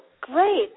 great